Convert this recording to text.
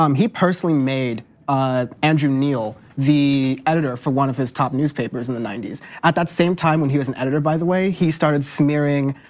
um he personally made andrew neil the editor for one of his top newspapers in the ninety s. at that same time when he was an editor by the way, he started smearing,